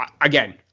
again